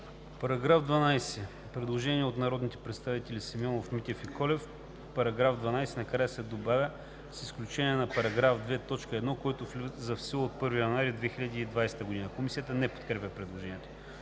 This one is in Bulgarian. Параграф 12 – предложение от народните представители Симеонов, Митев и Колев: „В § 12 накрая се добавя „с изключение на § 2, т. 1, който влиза в сила от 1 януари 2020 г.“ Комисията не подкрепя предложението.